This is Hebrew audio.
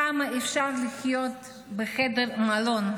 כמה אפשר לחיות בחדר במלון?